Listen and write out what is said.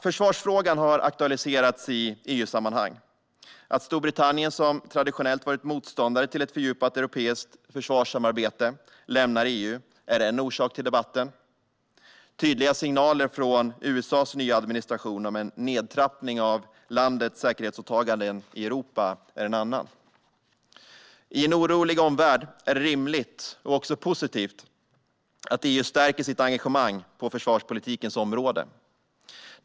Försvarsfrågan har aktualiserats i EU-sammanhang. Att Storbritannien, som traditionellt varit motståndare till ett fördjupat europeiskt försvarssamarbete, lämnar EU är en orsak till debatten, tydliga signaler från USA:s nya administration om en nedtrappning av landets säkerhetsåtaganden i Europa är en annan. Med en orolig omvärld är det rimligt och också positivt att EU stärker sitt engagemang på försvarspolitikens område.